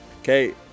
Okay